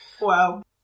Wow